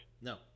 No